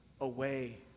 away